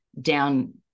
down